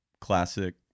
classic